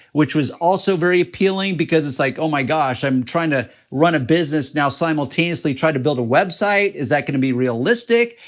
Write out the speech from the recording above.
which was also very appealing because it's like, oh my gosh, i'm trying to run a business now, simultaneously try to build a website. is that gonna be realistic?